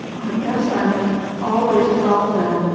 i guess i've always felt that